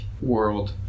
world